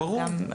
ברור.